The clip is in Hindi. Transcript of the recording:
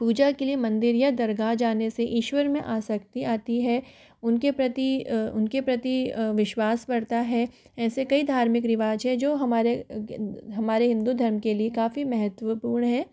पूजा के लिए मंदिर या दरगाह जाने से ईश्वर में आसक्ति आती है उनके प्रति उनके प्रति विश्वास बढ़ता है ऐसे कई धार्मिक रिवाज है जो हमारे हिन्दू धर्म के लिए काफ़ी महत्वपूर्ण है